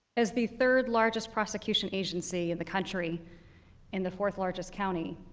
as the third largest prosecution agency in the country and the fourth largest county,